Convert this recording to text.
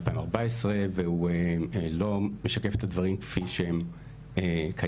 2014 והוא לא משקף את הדברים כפי שהם כיום.